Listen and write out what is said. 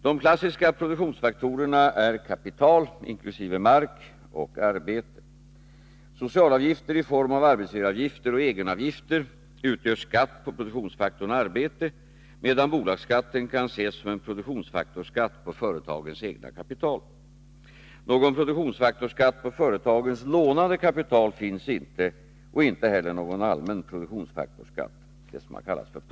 De klassiska produktionsfaktorerna är kapital och arbete. Socialavgifter i form av arbetsgivaravgifter och egenavgifter utgör skatt på produktionsfaktorn arbete, medan bolagsskatten kan ses som en produktionsfaktorsskatt på företagens egna kapital. Någon produktionsfaktorsskatt på företagens lånade kapital finns inte och inte heller någon allmän produktionsfaktorsskatt .